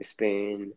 Spain